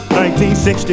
1960